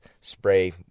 spray